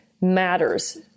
matters